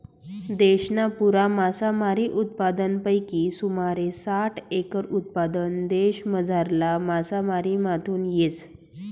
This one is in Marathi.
देशना पुरा मासामारी उत्पादनपैकी सुमारे साठ एकर उत्पादन देशमझारला मासामारीमाथून येस